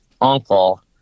uncle